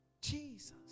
Jesus